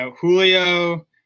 Julio